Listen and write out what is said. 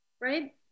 right